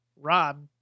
Rob